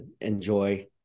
enjoy